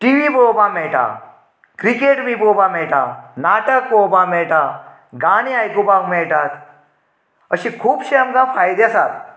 T V पळोवपाक मेळटा cricket बी पळोवपाक मेळटा नाटक पळोवपां मेळटा गाणे आयकुपाक मेळटात अशें खुबशे आमकां फायदे आसात